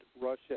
Russia